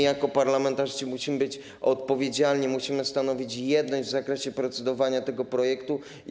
Jako parlamentarzyści musimy być odpowiedzialni, musimy stanowić jedność w zakresie procedowania nad tym projektem.